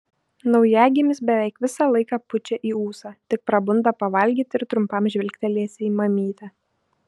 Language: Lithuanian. naujagimis beveik visą laiką pučia į ūsą tik prabunda pavalgyti ir trumpam žvilgtelėti į mamytę